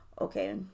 Okay